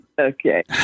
okay